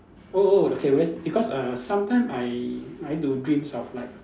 oh oh okay worse because err sometime I I do dreams of like